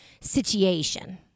situation